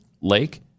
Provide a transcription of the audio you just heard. lake